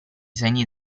segni